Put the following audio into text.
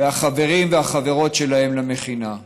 והחברים והחברות שלהם למכינה.